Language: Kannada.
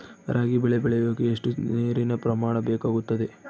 ರಾಗಿ ಬೆಳೆ ಬೆಳೆಯೋಕೆ ಎಷ್ಟು ನೇರಿನ ಪ್ರಮಾಣ ಬೇಕಾಗುತ್ತದೆ?